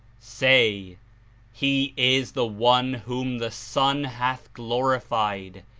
say he is the one whom the son hath glorified,